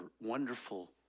wonderful